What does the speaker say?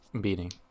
beating